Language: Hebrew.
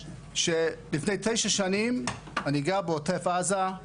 לפני תשע שנים אני גר בעוטף עזה,